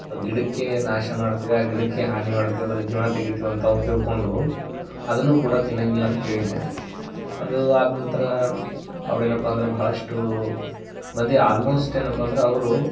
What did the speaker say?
ಆ ಗಿಡಕ್ಕೆ ನಾಶ ಮಾಡ್ತೀವಿ ಆ ಗಿಡಕ್ಕೆ ಹಾನಿ ಮಾಡ್ತೀವಿ ಅದರ ಜೀವ ತೆಗಿತೀವಿ ಅಂತ ಅವ್ರು ತಿಳ್ಕೊಂಡು ಅದನ್ನು ಕೂಡ ತಿನ್ನಂಗಿಲ್ಲ ಅಂತ ಕೇಳಿದ್ದೆ ಅದು ಆದ ನಂತರ ಅವ್ರು ಏನಪ್ಪ ಅಂದ್ರೆ ಭಾಳಷ್ಟು ಮಂದಿ ಆಲ್ಮೋಸ್ಟ್ ಏನಪ್ಪ ಅಂದ್ರೆ ಅವರು